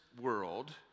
world